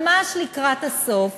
ממש לקראת הסוף,